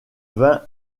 vin